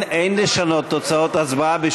הצביעו, הצביעו,